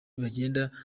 bagenda